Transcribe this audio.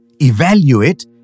evaluate